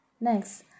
Next